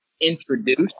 introduced